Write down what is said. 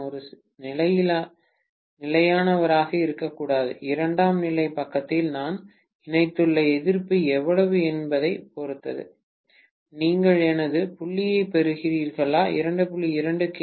நான் ஒரு நிலையானவராக இருக்கக்கூடாது இரண்டாம் நிலை பக்கத்தில் நான் இணைத்துள்ள எதிர்ப்பு எவ்வளவு என்பதைப் பொறுத்து நீங்கள் எனது புள்ளியைப் பெறுகிறீர்களா 2